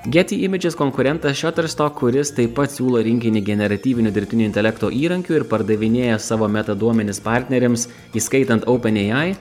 getty images konkurentas shutterstock kuris taip pat siūlo rinkinį generatyvinio dirbtinio intelekto įrankių ir pardavinėja savo metaduomenis partneriams įskaitant open ai